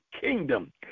kingdom